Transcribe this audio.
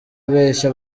abeshya